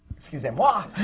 excusez-moi!